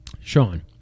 Sean